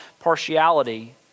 partiality